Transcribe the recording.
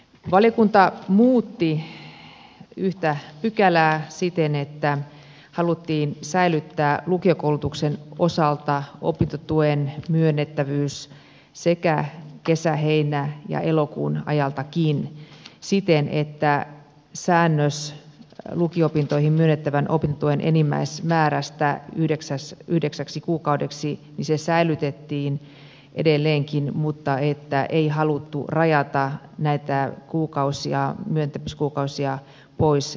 valiokunta muutti yhtä pykälää siten että haluttiin säilyttää lukiokoulutuksen osalta opintotuen myönnettävyys kesä heinä ja elokuun ajaltakin siten että säännös lukio opintoihin myönnettävän opintotuen enimmäismäärästä yhdeksäksi kuukaudeksi säilytettiin edelleenkin mutta että ei haluttu rajata näitä myöntämiskuukausia pois kesältä